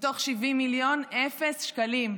מתוך 70 מיליון, אפס שקלים,